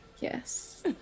Yes